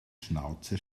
schnauze